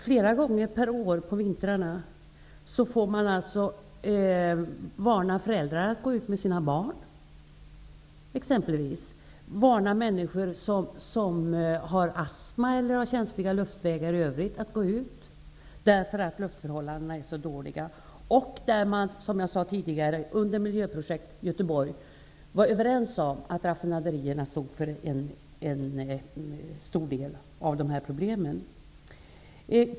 Flera gånger per år får man under vintertid varna föräldrar för att gå ut med sina barn exempelvis. Man får också varna människor som har astma eller som i övrigt har känsliga luftrör för att gå ut, därför att luftförhållandena är så dåliga. Som jag tidigare sade var man under Miljöprojekt Göteborg överens om att raffinaderierna står för en stor del av de här problemen.